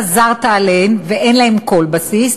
חזרת עליהן ואין להן כל בסיס,